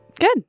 Good